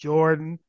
Jordan